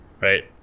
Right